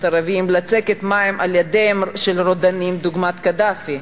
הערבים לצקת מים על ידיהם של רודנים דוגמת קדאפי,